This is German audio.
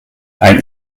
ein